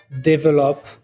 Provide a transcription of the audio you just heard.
develop